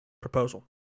Proposal